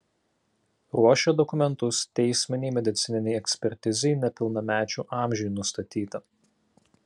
ruošia dokumentus teisminei medicininei ekspertizei nepilnamečių amžiui nustatyti